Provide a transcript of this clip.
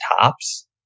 tops